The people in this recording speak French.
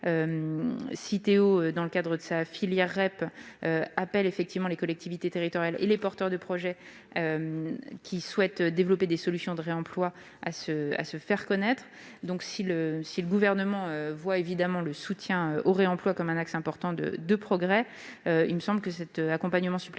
Citeo, dans le cadre de sa filière REP (Responsabilité élargie des producteurs), appelle les collectivités territoriales et les porteurs de projets qui souhaitent développer des solutions de réemploi à se faire connaître. Par conséquent, si le Gouvernement voit le soutien au réemploi comme un axe important de progrès, il me semble que cet accompagnement supplémentaire